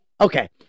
Okay